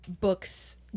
books